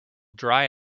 dry